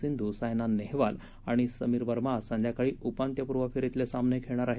सिंधू सायना नेहवाल आणि समीर वर्मा आज संध्याकाळी उपांत्यपूर्व फेरीतले सामने खेळणार आहेत